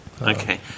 Okay